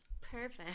Perfect